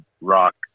Rock